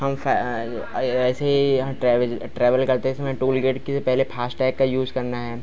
हम ऐसे ही हम ट्रेवल ट्रेवल करते समय टोलगेट के पहले फ़ास्ट टैग का यूज करना है